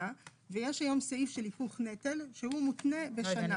ויש היום סעיף של היפוך נטל שהוא מותנה בשנה.